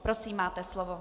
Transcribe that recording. Prosím, máte slovo.